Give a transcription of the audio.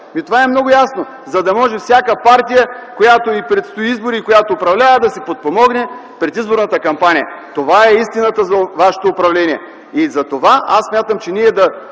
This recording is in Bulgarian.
Това е много ясно – за да може всяка партия, на която й предстоят избори и която управлява, да си подпомогне предизборната кампания. Това е истината за вашето управление. Затова аз смятам, че ние